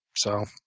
so